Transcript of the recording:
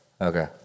Okay